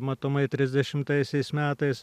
matomai trisdešimtaisiais metais